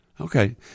Okay